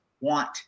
want